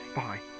bye